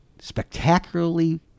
spectacularly